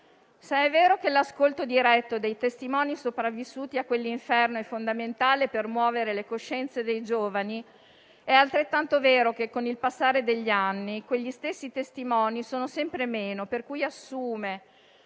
Se è vero che l'ascolto diretto dei testimoni sopravvissuti a quell'inferno è fondamentale per smuovere le coscienze dei giovani, è altrettanto vero che con il passare degli anni quegli stessi testimoni sono sempre meno, per cui assume